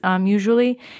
usually